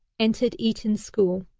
entered eton school.